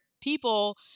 people